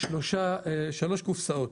שלוש קופסאות.